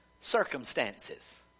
circumstances